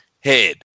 head